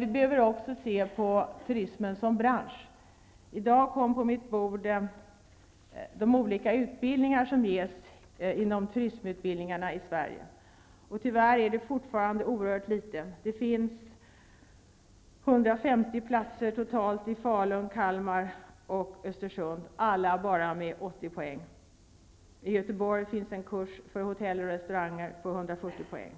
Vi behöver också se på turismen som bransch. I dag fick jag på mitt bord en redovisning av de olika utbildningar som ges i Sverige inom turistområdet. Tyvärr är det fortfarande oerhört litet. Det finns totalt 150 platser i Falun, Kalmar och Östersund, alla på bara 80 poäng. I Göteborg finns en kurs på 140 poäng för hotell och restaurangnäringen.